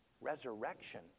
Resurrection